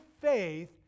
faith